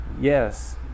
Yes